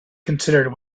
considered